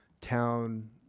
Town